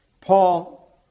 paul